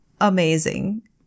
amazing